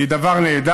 היא דבר נהדר.